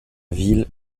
ville